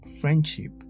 friendship